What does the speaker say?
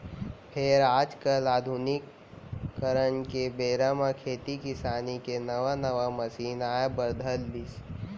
फेर आज काल आधुनिकीकरन के बेरा म खेती किसानी के नवा नवा मसीन आए बर धर लिस